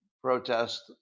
protest